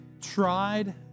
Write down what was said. tried